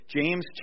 James